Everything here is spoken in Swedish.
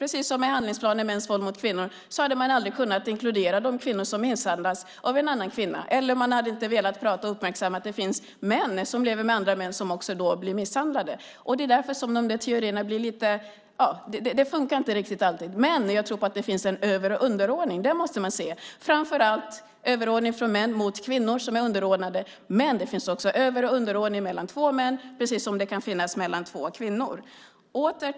Precis som med handlingsplanen mot mäns våld mot kvinnor hade man aldrig kunnat inkludera de kvinnor som misshandlas av en annan kvinna, eller man hade inte velat uppmärksamma att det finns män som lever med andra män och blir misshandlade. Därför funkar teorierna inte alltid. Jag tror på att det finns en över och underordning. Det måste man se, framför allt en överordning från män mot kvinnor, som är underordnade, men det finns också över och underordning mellan två män, precis som det kan finnas mellan två kvinnor.